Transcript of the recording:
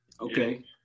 Okay